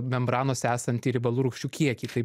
membranose esantį riebalų rūgščių kiekį tai